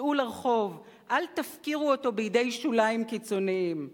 צאו לרחוב, אל תפקירו אותו בידי שוליים קיצוניים.